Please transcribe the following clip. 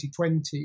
2020